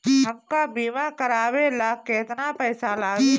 हमका बीमा करावे ला केतना पईसा लागी?